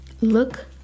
look